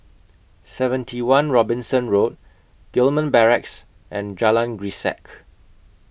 seventy one Robinson Road Gillman Barracks and Jalan Grisek